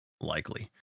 likely